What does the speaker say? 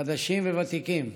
חדשים וותיקים,